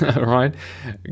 Right